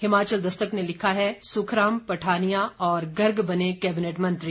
हिमाचल दस्तक ने लिखा है सुखराम पठानिया और गर्ग बने कैबिनेट मंत्री